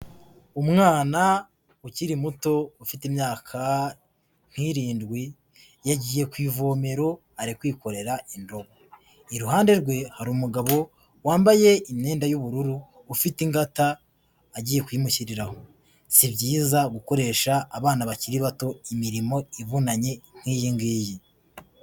Umwana ukiri muto ufite imyaka nk'irindwi, yagiye ku ivomero ari kwikorera indobo, iruhande rwe hari umugabo wambaye imyenda y'ubururu ufite ingata agiye kuyimushyiriraho, si byiza gukoresha abana bakiri bato imirimo ivunanye nk'iyi ngiyi.